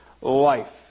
life